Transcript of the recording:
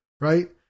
right